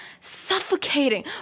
Suffocating